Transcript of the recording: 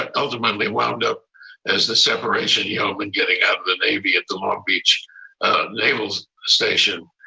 ultimately wound up as the separation you know when getting out of the navy at the long beach naval station.